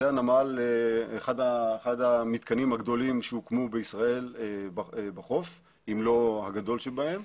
זה אחד המתקנים שהוקמו בישראל בחוף אם לא הגדול שבהם.